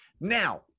Now